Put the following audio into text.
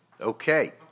Okay